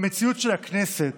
במציאות של הכנסת,